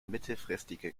mittelfristige